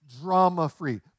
drama-free